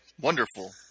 wonderful